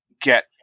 get